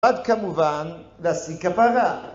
‫עוד כמובן, להשיג כפרה.